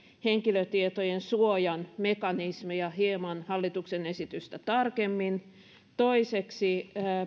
henkilötietojen suojan mekanismia hieman hallituksen esitystä tarkemmin toiseksi